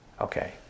Okay